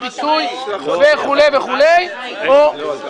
הפיצוי וכו' וכו' --- חד-משמעית.